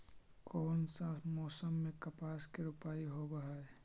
कोन सा मोसम मे कपास के रोपाई होबहय?